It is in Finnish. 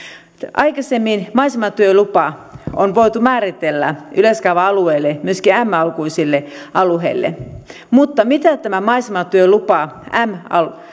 aikaisemmin maisematyölupa on voitu määritellä yleiskaava alueella myöskin m alkuisille alueille mutta mitä tämä maisematyölupa m